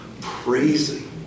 praising